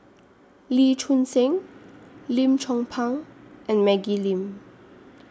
Lee Choon Seng Lim Chong Pang and Maggie Lim